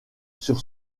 sur